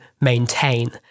maintain